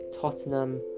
tottenham